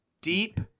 Deep